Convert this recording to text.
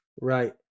Right